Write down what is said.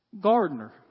gardener